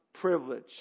privilege